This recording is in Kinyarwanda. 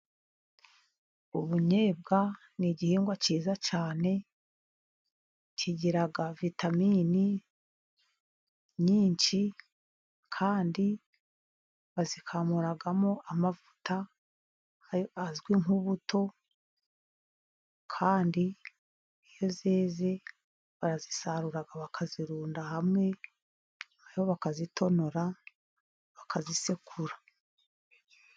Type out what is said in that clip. Ubunyobwa ni igihingwa cyiza cyane, kigira vitamini nyinshi, kandi bazikamuramo amavuta azwi nk'ubuto, kandi iyo zeze barazisarura bakazirunda hamwe, maze bakazitonora bakazisekura.